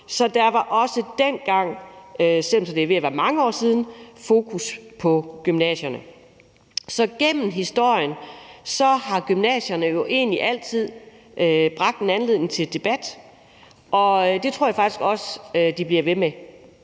så der var også dengang, selv om det er ved at være mange år siden, fokus på gymnasierne. Så igennem historien har gymnasierne jo egentlig altid bragt en anledning til debat, og det tror jeg faktisk også de bliver ved med,